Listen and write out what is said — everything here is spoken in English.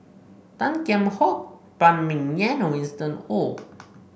Tan Kheam Hock Phan Ming Yen and Winston Oh